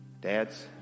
Dads